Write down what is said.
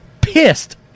pissed